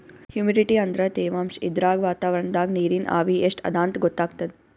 humidity ಅಂದ್ರ ತೆವಾಂಶ್ ಇದ್ರಾಗ್ ವಾತಾವರಣ್ದಾಗ್ ನೀರಿನ್ ಆವಿ ಎಷ್ಟ್ ಅದಾಂತ್ ಗೊತ್ತಾಗ್ತದ್